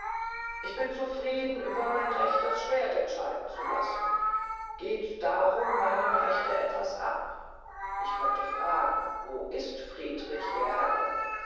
ich bin zufrieden über mein recht das schwerd entscheiden zu lassen geht darum meinem recht etwas ab ich könnte fragen wo ist friedrich ihr herr